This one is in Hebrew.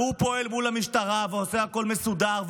והוא פועל מול המשטרה ועושה הכול מסודר.